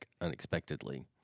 unexpectedly